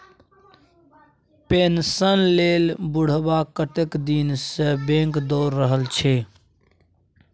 pension लेल बुढ़बा कतेक दिनसँ बैंक दौर रहल छै